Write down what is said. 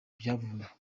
byavuye